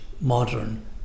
modern